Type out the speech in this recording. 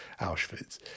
Auschwitz